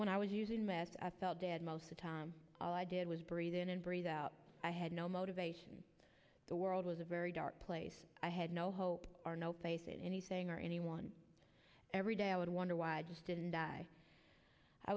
when i was using meth i felt dead most the time all i did was breathe in and breathe out i had no motivation the world was a very dark place i had no hope our no faces anything or anyone every day i would wonder why i just didn't die i